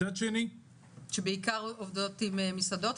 אתם עובדים בעיקר עם מסעדות?